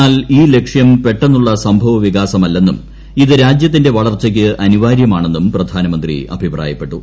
എന്നാൽ ഈ ലക്ഷ്യം പെട്ടെന്നുള്ള സംഭവ വികാസമല്ലെന്നും ഇത് രാജ്യത്തിന്റെ വളർച്ചയ്ക്ക് അനിവാര്യമാണെന്നും പ്രധാനമന്ത്രി അഭിപ്രായപ്പെട്ടു